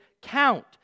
count